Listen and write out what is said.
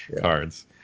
cards